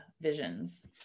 visions